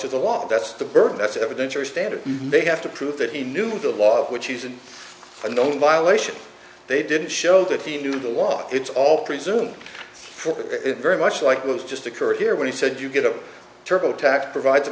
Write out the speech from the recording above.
of the law that's the burden that's evidence or standard they have to prove that he knew the law which is an unknown violation they didn't show that he knew the law it's all presume very much like it was just occurred here when he said you get a turbo tax provide